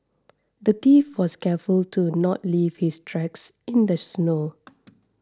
the thief was careful to not leave his tracks in the snow